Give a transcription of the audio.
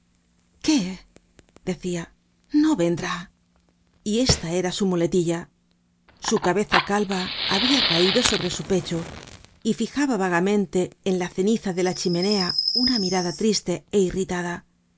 decia no vendrá y esta era su muletilla su cabeza calva habia caido sobre su pecho y fijaba vagamente en la ceniza de la chimenea una mirada triste é irritada